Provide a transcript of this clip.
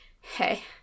hey